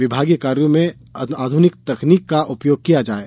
विभागीय कार्यो में आधुनिक तकनीक का उपयोग किया जाये